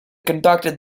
conducted